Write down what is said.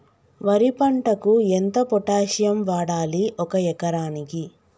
వరి పంటకు ఎంత పొటాషియం వాడాలి ఒక ఎకరానికి?